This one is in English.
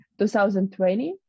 2020